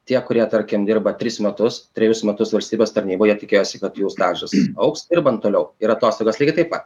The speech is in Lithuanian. tie kurie tarkim dirba tris metus trejus metus valstybės tarnyboje jie tikėjosi kad jų stažas augs dirbant toliau ir atostogos lygiai taip pat